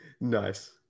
Nice